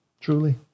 truly